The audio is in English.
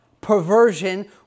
perversion